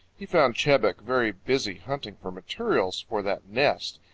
he found chebec very busy hunting for materials for that nest,